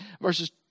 verses